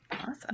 Awesome